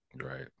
right